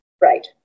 right